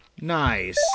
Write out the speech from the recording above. Nice